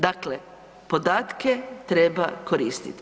Dakle, podatke treba koristit.